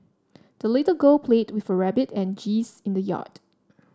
the little girl played with her rabbit and geese in the yard